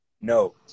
no